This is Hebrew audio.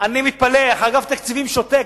אני מתפלא איך אגף התקציבים שותק.